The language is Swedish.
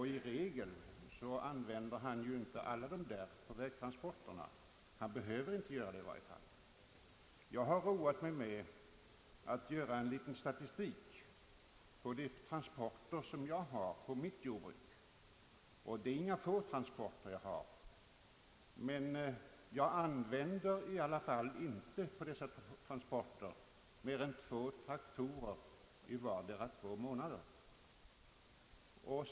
I regel användes inte alla traktorer för vägtransporter. Han behöver i varje fall inte göra det. Jag har roat mig med att göra en del statistik för transporterna på mitt eget jordbruk. Dessa transporter är ingalunda få, men jag använder i alla fall inte fler traktorer än två, och dessa utnyttjas för sådana transporter endast i två månader vardera.